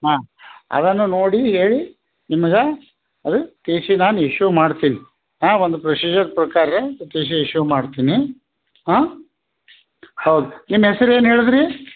ಹಾಂ ಅದನ್ನು ನೋಡಿ ಹೇಳಿ ನಿಮ್ಗೆ ಅದು ಟಿ ಸಿ ನಾನು ಇಶ್ಯೂ ಮಾಡ್ತೀನಿ ಹಾಂ ಒಂದು ಪ್ರೊಸೀಜರ್ ಪ್ರಕಾರ ಟಿ ಸಿ ಇಶ್ಯೂ ಮಾಡ್ತೀನಿ ಹಾಂ ಹೌದು ನಿಮ್ಮ ಹೆಸ್ರ್ ಏನು ಹೇಳಿದ್ರಿ